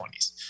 20s